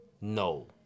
No